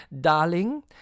Darling